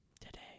today